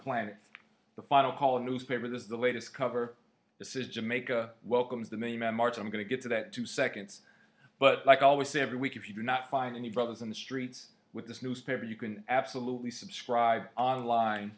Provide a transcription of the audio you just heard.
planet the final call newspaper this is the latest cover that says jamaica welcomes the million man march i'm going to get to that two seconds but like i always say every week if you do not find any brothers in the streets with this newspaper you can absolutely subscribe online